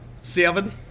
Seven